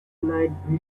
night